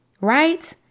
Right